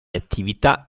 attività